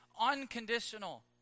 unconditional